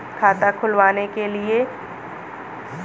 खाता खुलवाने के कितनी दिनो बाद ए.टी.एम मिलेगा?